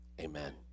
amen